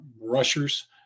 rushers